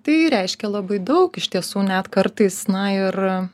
tai reiškia labai daug iš tiesų net kartais na ir